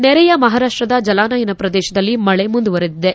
ನೆರೆಯ ಮಹಾರಾಷ್ಟದ ಜಲಾನಯನ ಪ್ರದೇಶಗಳಲ್ಲಿ ಮಳೆ ಮುಂದುವರೆದಿದೆ